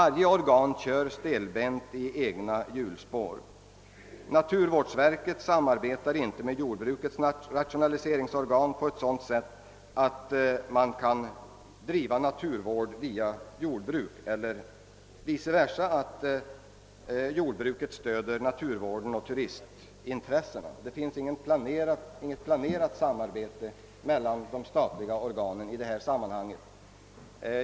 Varje organ går här stelbent på i egna banor. Naturvårdsverket samarbetar inte med jordbrukets rationaliseringsorgan på ett sådant sätt att de kan bedriva naturvård via jordbruk eller vice versa att jordbruket stöder naturvården och turistintressena. Det finns inget organiserat samarbete mellan de statliga organen i detta sammanhang.